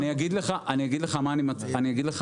אני אגיד לך מה אני מציע.